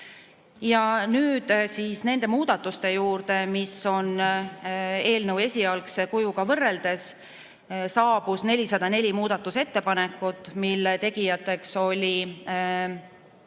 on. Nüüd nende muudatuste juurde, mis on eelnõu esialgse kujuga võrreldes tehtud. Saabus 404 muudatusettepanekut, mille tegija oli